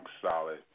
solid